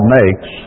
makes